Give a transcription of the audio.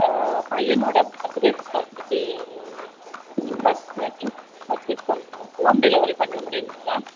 பையனோடய birthday பார்ட்டிக்கு birth things purchase பண்ணணும் home delivery பண்ண முடியுங்களா